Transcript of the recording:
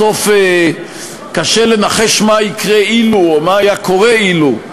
בסוף קשה לנחש מה היה קורה אילו,